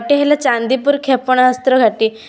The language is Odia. ଗୋଟେ ହେଲା ଚାନ୍ଦିପୁର କ୍ଷେପଣାଅସ୍ତ୍ର ଘାଟି